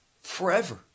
forever